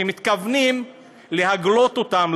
שמתכוונים להגלות אותם,